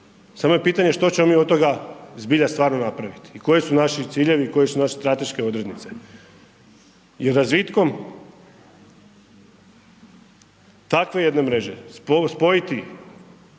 samo je pitanje što ćemo mi od toga zbilja stvarno napraviti i koji su naši ciljevi i koje su naše strateške odrednice jer razvitkom takve jedne mreže, spojiti